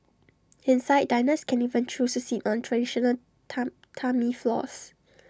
inside diners can even choose to sit on traditional Tatami floors